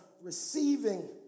receiving